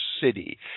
City